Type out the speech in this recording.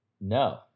No